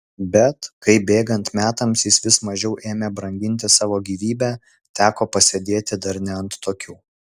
bet kai bėgant metams jis vis mažiau ėmė branginti savo gyvybę teko pasėdėti dar ne ant tokių